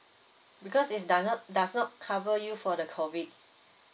because it doe~ not does not cover you for the COVID